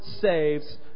saves